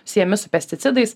siejami su pesticidais